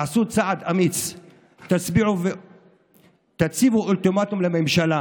תעשו צעד אמיץ ותציבו אולטימטום לממשלה